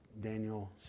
Daniel